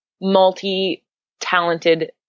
multi-talented